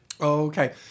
Okay